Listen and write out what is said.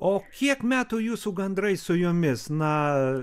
o kiek metų jūsų gandrai su jumis na